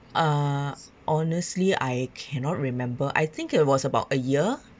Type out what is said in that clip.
uh honestly I cannot remember I think it was about a year